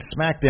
SmackDown